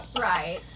Right